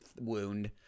wound